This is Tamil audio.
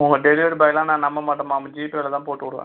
உங்கள் டெலிவரி பாய்லாம் நான் நம்ப மாட்டேம்மா ஜிபேவில தான் போட்டுவிடுவேன்